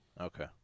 okay